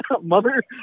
Mother